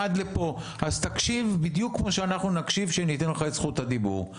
אז תקשיב בדיוק כמו שאנחנו נקשיב כשניתן לך את זכות הדיבור.